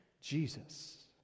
Jesus